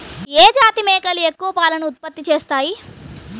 ఏ జాతి మేకలు ఎక్కువ పాలను ఉత్పత్తి చేస్తాయి?